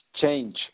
change